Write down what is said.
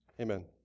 Amen